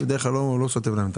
בדרך כלל אני לא סותם להם את